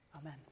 Amen